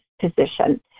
position